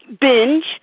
binge